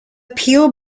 peel